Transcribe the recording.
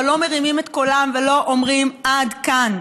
אבל לא מרימים את קולם ולא אומרים: עד כאן.